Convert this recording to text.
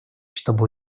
чтоб